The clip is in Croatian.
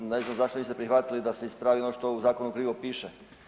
Ne znam zašto niste prihvatili da se ispravi ono što u zakonu krivo piše?